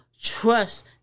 trust